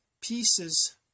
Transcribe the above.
pieces